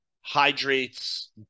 hydrates